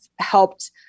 helped